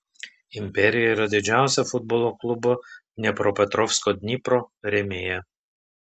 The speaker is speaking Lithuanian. imperija yra didžiausia futbolo klubo dniepropetrovsko dnipro rėmėja